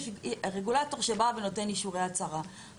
הרגולטור שבא ונותן אישורי הצהרה,